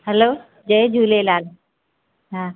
hello जय झूलेलाल हा